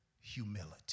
humility